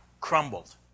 crumbled